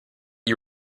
you